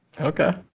Okay